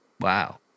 wow